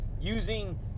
using